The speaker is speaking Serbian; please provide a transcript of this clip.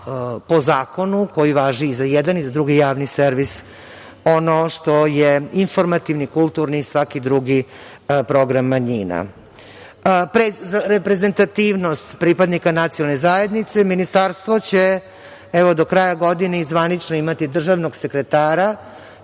po zakonu koji važi i za jedan i za drugi javni servis ono što je informativni, kulturni i svaki drugi program manjina. Reprezentativnost pripadnika nacionalne zajednice Ministarstvo će evo do kraja godine i zvanično imati državnog sekretara